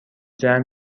جمع